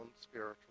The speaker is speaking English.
spiritual